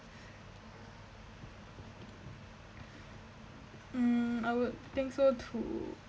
mm I would think so too